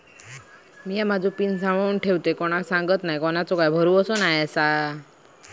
मिया माझो पिन सांभाळुन ठेवतय कोणाक सांगत नाय कोणाचो काय भरवसो नाय